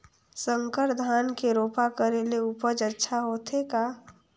संकर धान के रोपा करे ले उपज अच्छा होथे का?